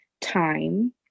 time